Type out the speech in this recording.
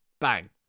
Bang